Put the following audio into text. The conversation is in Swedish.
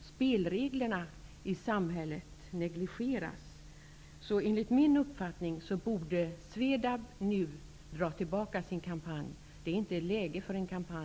spelreglerna i samhället negligeras. Enligt min uppfattning borde Svedab dra tillbaka sin kampanj. Det är just nu inte läge för en sådan.